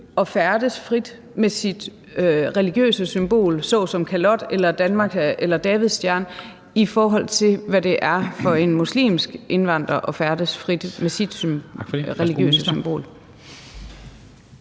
at færdes frit med sit religiøse symbol såsom kalot eller davidsstjerne, i forhold til hvad det er for en muslimsk indvandrer at færdes frit med sit religiøse symbol?